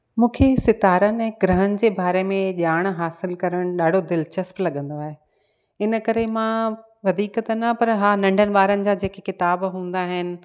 मूंखे सितारनि ऐं ग्रहनि जे बारे में ॼाण हासिलु करणु ॾाढो दिलचस्प लॻंदो आहे इन करे मां वधीक त न पर हा नंढनि ॿारनि जा जेके किताब हूंदा आहिनि